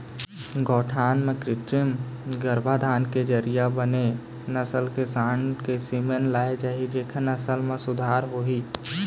गौठान म कृत्रिम गरभाधान के जरिया बने नसल के सांड़ के सीमेन लाय जाही जेखर नसल म सुधार होही